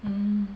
mm